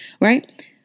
right